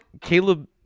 caleb